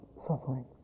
suffering